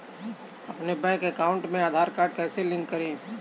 अपने bank account में Aadhaar card कैसे लिंक करें?